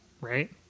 right